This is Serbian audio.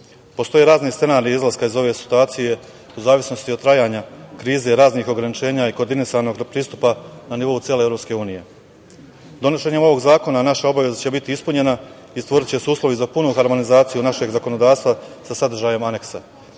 razni scenariji izlaska iz ove situacije, u zavisnosti od trajanja krize i raznih ograničenja i koordinisanog pristupa na nivou cele Evropske unije. Donošenjem ovog zakona naša obaveza će biti ispunjena i stvoriće se uslovi za punu harmonizaciju našeg zakonodavstva sa sadržajem Aneksa. Zbog